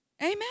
Amen